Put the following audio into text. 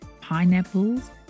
pineapples